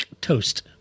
toast